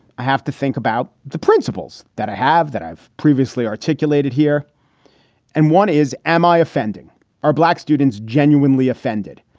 i have to think about the principles that i have that i've previously articulated here and one is, am i offending our black students? genuinely offended?